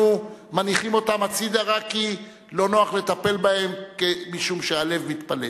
מניחים אותם הצדה רק כי לא נוח לטפל בהם משום שהלב מתפלץ.